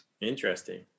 interesting